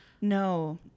no